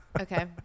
Okay